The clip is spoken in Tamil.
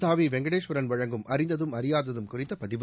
த வி வெங்கடேஸ்வரன் வழங்கும் அறிந்ததும் அறியாததும் குறித்த பதிவு